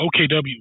OKW